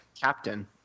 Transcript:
captain